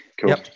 Cool